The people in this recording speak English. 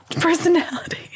personality